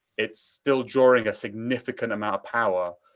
it's still drawing a significant amount of power.